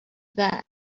that